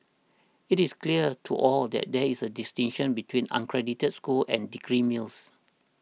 it is clear to all that there is a distinction between unaccredited schools and degree mills